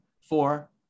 four